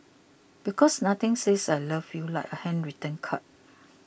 because nothing says I love you like a handwritten card